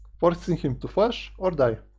forcing him to flash or die.